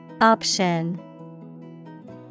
Option